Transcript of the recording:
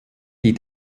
die